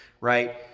right